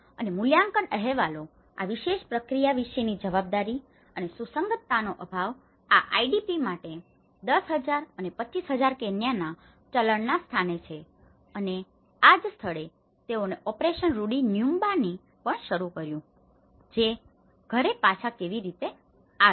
અને મૂલ્યાંકન અહેવાલો આ વિશેષ પ્રક્રિયા વિશેની જવાબદારી અને સુસંગતતાનો અભાવ આ આઈડીપી માટે 10000 અને 25000 કેન્યા ચલણના સ્થાને છે અને આ જ સ્થળે તેઓએ ઓપરેશન રૂડી ન્યુમ્બાની પણ શરૂ કર્યું જે ઘરે પાછા કેવી રીતે આવે છે